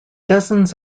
dozens